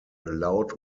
loud